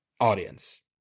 audience